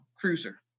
cruiser